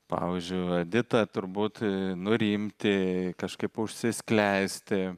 pavyzdžiui edita turbūt nurimti kažkaip užsisklęsti